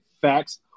facts